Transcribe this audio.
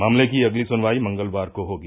मामले की अगली सुनवाई मंगलवार को होगी